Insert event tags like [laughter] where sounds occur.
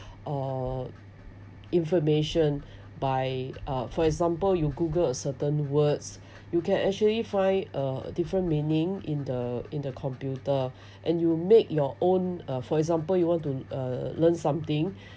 uh information by uh for example you google a certain words [breath] you can actually find a different meaning in the in the computer [breath] and you will make your own uh for example you want to uh learn something [breath]